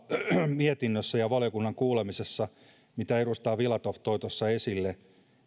mietinnössä ja valiokunnan kuulemisessa mitä edustaja filatov toi esille